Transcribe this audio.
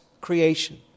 creation